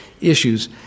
issues